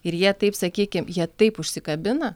ir jie taip sakykim jie taip užsikabina